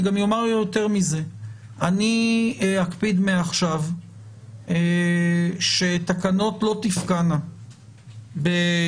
אומר יותר מזה אקפיד מעכשיו שתקנות לא תפקענה ביום